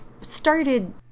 started